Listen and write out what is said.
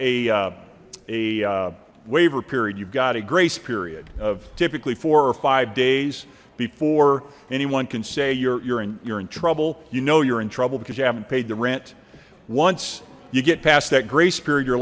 waiver period you've got a grace period of typically four or five days before anyone can say you're in you're in trouble you know you're in trouble because you haven't paid the rent once you get past that grace period